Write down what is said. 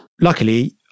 luckily